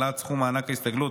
העלאת סכום מענק ההסתגלות